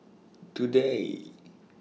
today